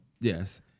Yes